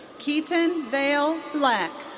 keaton vail black.